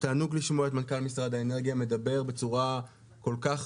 תענוג לשמוע את מנכ"ל משרד האנרגיה מדבר בצורה כל כך